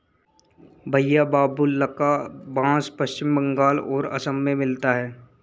भईया बाबुल्का बास पश्चिम बंगाल और असम में मिलता है